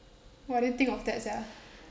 !wah! didn't think of that sia